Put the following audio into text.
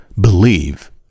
believe